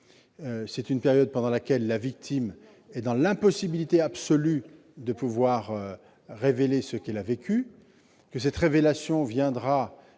C'est une période pendant laquelle la victime est dans l'impossibilité absolue de pouvoir révéler ce qu'elle a vécu. Cette révélation interviendra